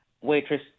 Waitress